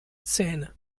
zähne